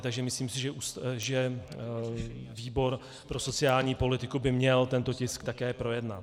Takže myslím si, že výbor pro sociální politiku by měl tento tisk také projednat.